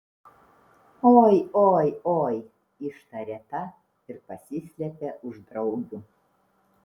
oi oi oi ištarė ta ir pasislėpė už draugių